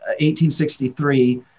1863